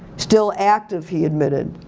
still active, he admitted.